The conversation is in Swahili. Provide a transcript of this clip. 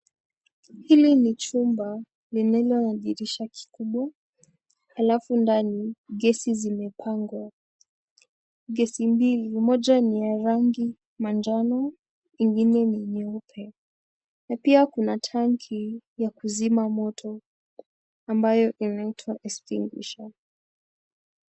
Hili ni chumba lililo na dirisha kubwa na ndani gesi zimepangwa. Gesi mbili ,moja ni ya rangi manjano ingine ni nyeupe na pia kuna tanki ya kuzima moto ambayo inaitwa extinguisher